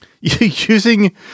using